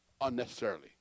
unnecessarily